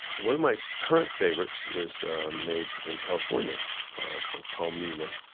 one of my current favorites is made in california called palmina.